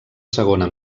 segona